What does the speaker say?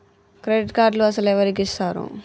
Credit కార్డులు అసలు ఎవరికి ఇస్తారు?